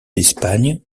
d’espagne